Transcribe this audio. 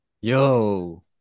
Yo